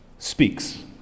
speaks